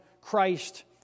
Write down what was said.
Christ